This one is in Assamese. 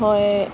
হয়